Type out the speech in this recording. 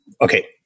okay